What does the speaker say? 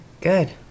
Good